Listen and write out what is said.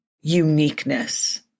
uniqueness